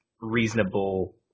reasonable